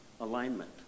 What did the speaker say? alignment